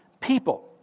people